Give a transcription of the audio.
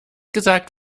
gesagt